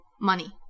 money